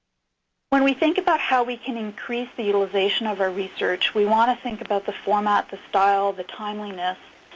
when we think about how we can increase the utilization of our research, we want to think about the format, the style, the timeliness,